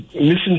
listen